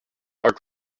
are